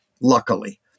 luckily